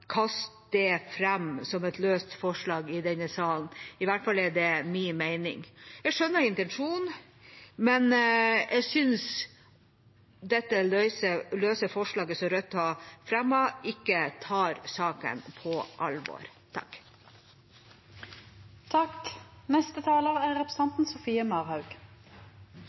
det fram som et såkalt løst forslag i denne salen – i hvert fall er det min mening. Jeg skjønner intensjonen, men jeg synes dette forslaget som Rødt har fremmet, ikke tar saka på alvor.